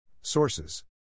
Sources